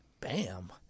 bam